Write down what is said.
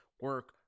Work